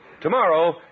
Tomorrow